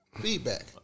feedback